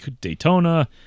Daytona